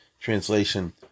Translation